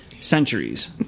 centuries